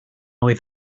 oedd